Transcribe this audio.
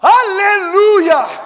Hallelujah